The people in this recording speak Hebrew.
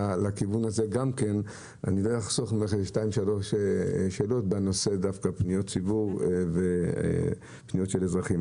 לי 2-3 שאלות בנושא פניות ציבור ופניות של אזרחים.